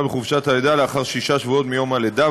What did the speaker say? בחופשת הלידה לאחר שישה שבועות מיום הלידה,